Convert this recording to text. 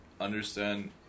understand